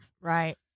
Right